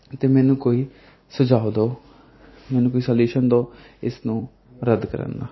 ਅਤੇ ਮੈਨੂੰ ਕੋਈ ਸੁਝਾਓ ਦਿਓ ਮੈਨੂੰ ਕੋਈ ਸਲਿਊਸ਼ਨ ਦਿਓ ਇਸ ਨੂੰ ਰੱਦ ਕਰਨ ਦਾ